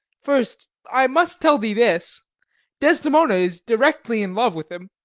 first, i must tell thee this desdemona is directly in love with him.